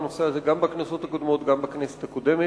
לנושא הזה, גם בכנסות הקודמות, גם בכנסת הנוכחית.